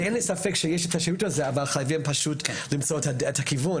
אין לי ספק שיש את השירות הזה אבל חייבים למצוא את הכיוון.